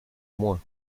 moins